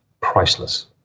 priceless